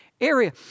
area